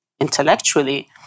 intellectually